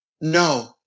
no